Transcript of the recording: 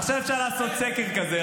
עכשיו אפשר לעשות סקר כזה.